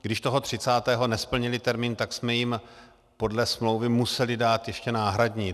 Když toho třicátého nesplnili termín, tak jsme jim podle smlouvy museli dát ještě náhradní.